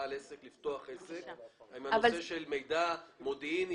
לבעל עסק לפתוח עסק עם הנושא של מידע מודיעיני,